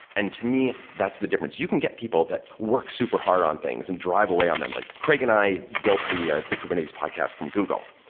and to me, that's the difference. you can get people that work super hard on things and drive away on them. like craig and i built the ah the kubernetes podcast from google,